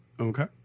Okay